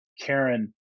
Karen